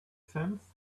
cents